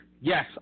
Yes